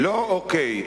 לא אוקיי.